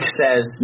says